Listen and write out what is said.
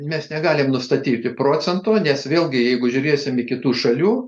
mes negalim nustatyti procento nes vėlgi jeigu žiūrėsim į kitų šalių